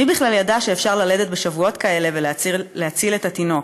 מי בכלל ידע שאפשר ללדת בשבועות כאלה ולהציל את התינוק?